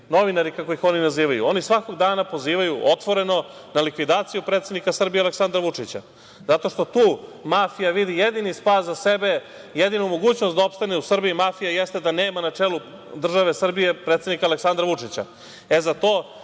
novinari, kako ih oni nazivaju, oni svakog dana pozivaju otvoreno na likvidaciju predsednika Srbije Aleksandra Vučića, zato što tu mafija vidi jedini spas za sebe. Jedina mogućnost da opstane u Srbiji mafija jeste da nema na čelu države Srbije predsednika Aleksandra Vučića. E, za to